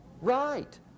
Right